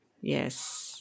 Yes